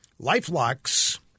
LifeLock's